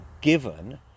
given